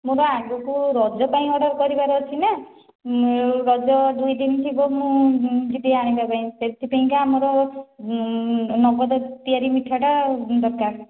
ମୋର ଆଗକୁ ରଜ ପାଇଁ ଅର୍ଡ଼ର କରିବାର ଅଛି ନା ମୁଁ ରଜ ଦୁଇ ଦିନ ଥିବ ମୁଁ ଯିବି ଆଣିବା ପାଇଁ ସେଥିପାଇଁକା ଆମର ନଗଦ ତିଆରି ମିଠାଟା ଦରକାର